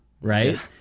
Right